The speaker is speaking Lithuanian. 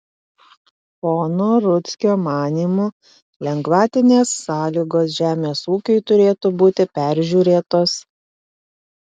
pono rudzkio manymu lengvatinės sąlygos žemės ūkiui turėtų būti peržiūrėtos